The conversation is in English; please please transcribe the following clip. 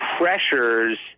pressures